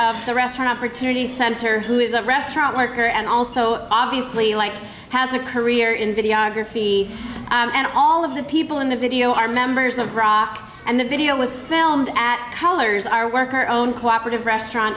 of the restaurant opportunities center who is a restaurant worker and also obviously like has a career in videography and all of the people in the video are members of rock and the video was filmed at colors our work or own co operative restaurant